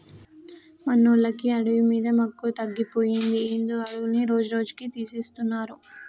మనోళ్ళకి అడవి మీద మక్కువ తగ్గిపోయిందో ఏందో అడవులన్నీ రోజురోజుకీ తీసేస్తున్నారు